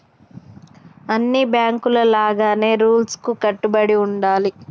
అన్ని బాంకుల లాగానే రూల్స్ కు కట్టుబడి ఉండాలి